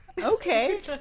Okay